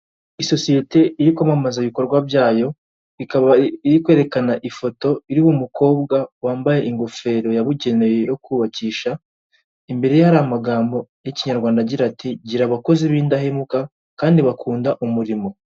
Isosiyete iri kwamamaza ibikorwa byayo, ikaba iri kwerekana ifoto iriho umukobwa wambaye ingofero yabugenewe yo kubakisha, imbere ye hari amagambo y'ikinyarwanda agira ati “Gira abakozi b'indahemuka kandi bakunda umurimo”.